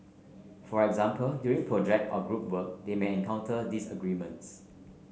for example during project or group work they may encounter disagreements